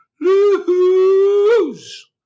lose